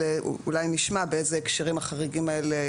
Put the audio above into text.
אולי נשמע באיזה הקשרים החריגים האלה,